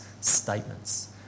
statements